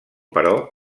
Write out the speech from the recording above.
però